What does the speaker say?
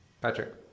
Patrick